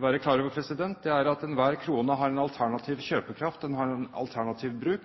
være klar over, er at enhver krone har en alternativ kjøpekraft, den har en alternativ bruk.